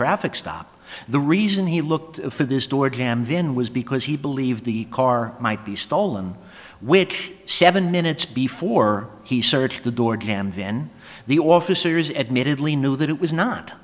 traffic stop the reason he looked for this door jam then was because he believed the car might be stolen which seven minutes before he searched the door jam then the officers admittedly knew that it was not